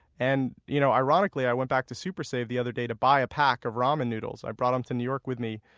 and you know ironically, i went back to super save the other day to buy a pack of ramen noodles i brought em back to new york with me,